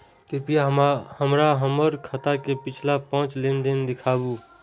कृपया हमरा हमर खाता के पिछला पांच लेन देन दिखाबू